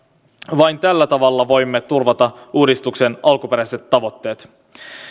vain tällä tavalla voimme turvata uudistuksen alkuperäiset tavoitteet